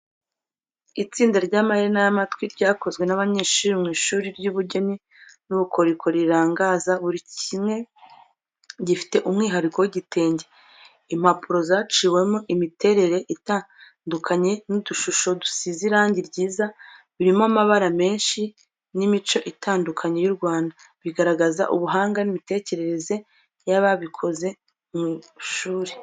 Itsinda ry’amaherena y’amatwi ryakozwe n’abanyeshuri mu ishuri ry’ubugeni n’ubukorikori rirangaza. Buri kimwe gifite umwihariko w'igitenge, impapuro zaciwemo imiterere itandukanye n’udushusho dusize irangi ryiza. Birimo amabara menshi n’imico itandukanye y'u Rwanda, bigaragaza ubuhanga n’imitekerereze y’ababikoze mu ishuri.